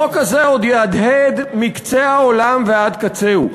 החוק הזה עוד יהדהד מקצה העולם ועד קצהו.